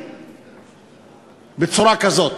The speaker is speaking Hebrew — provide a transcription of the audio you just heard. הכנסת,